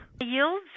Yields